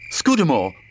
Scudamore